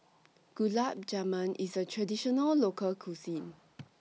Gulab Jamun IS A Traditional Local Cuisine